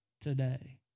today